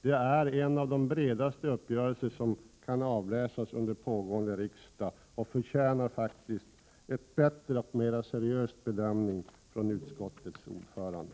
Det är en av de bredaste uppgörelser som kan avläsas under pågående riksmöte, och den förtjänar faktiskt en bättre och mer seriös bedömning av utskottets ordförande.